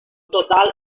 total